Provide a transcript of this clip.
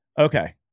Okay